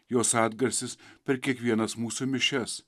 jos atgarsis per kiekvienas mūsų mišias